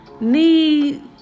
need